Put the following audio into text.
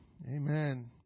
amen